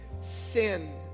sin